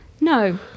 No